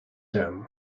them